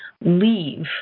leave